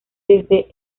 desde